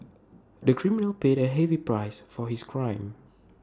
the criminal paid A heavy price for his crime